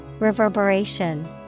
Reverberation